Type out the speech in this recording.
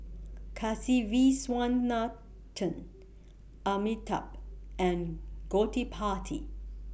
Kasiviswanathan Amitabh and Gottipati